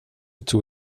tog